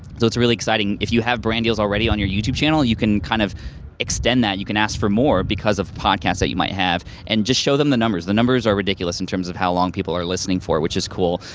so it's really exciting, if you have brand deals already on your youtube channel, you can kind of extend that, you can ask for more because of the podcast that you might have and just show them the numbers. the numbers are ridiculous in terms of how long people are listening for, which is cool.